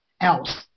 else